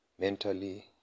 mentally